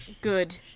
Good